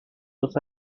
los